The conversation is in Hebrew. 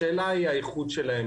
השאלה היא האיכות שלהם,